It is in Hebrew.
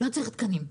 לא צריך תקנים.